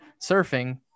surfing